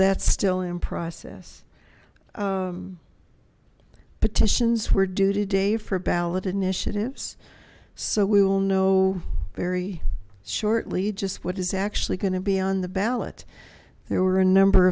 that's still in process petitions were due today for ballot initiatives so we will know very shortly just what is actually going to be on the ballot there were a number